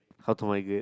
how to migrate